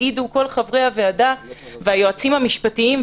יעידו כל חברי הוועדה והיועצים המשפטיים,